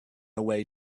away